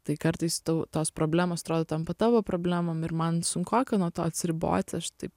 tai kartais tau tos problemos atrodo tampa tavo problemom ir man sunkoka nuo to atsiriboti aš taip